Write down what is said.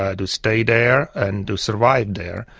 ah to stay there, and to survive there.